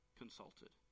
consulted